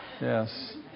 Yes